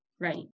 Right